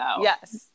yes